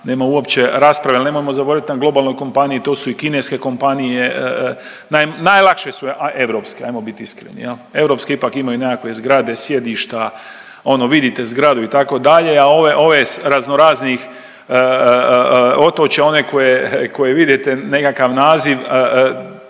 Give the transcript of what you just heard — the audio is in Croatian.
nema uopće rasprave, al nemojmo zaboraviti na globalnoj kompaniji to su i kineske kompanije, najlakše su europske, ajmo bit iskreni jel, europske ipak imaju nekakve zgrade, sjedišta, ono vidite zgradu itd., a ove, ove s razno raznih otočja, one koje, koje vidite nekakav naziv